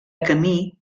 camí